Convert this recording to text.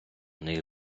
них